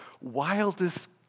wildest